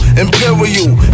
imperial